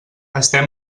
estem